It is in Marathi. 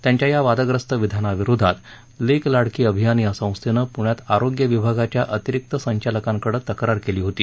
त्यांच्या या वादग्रस्त विधानाविरोधात लेक लाडकी अभियान या संस्थेनं पुण्यात आरोग्य विभागाच्या अतिरिक्त संचालकांकडे तक्रार केली होती